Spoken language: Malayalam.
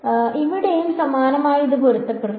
ഇവിടെയും സമാനമായി ഇതിന് പൊരുത്തപ്പെടണം